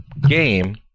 game